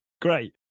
great